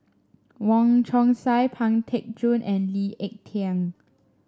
Wong Chong Sai Pang Teck Joon and Lee Ek Tieng